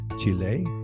Chile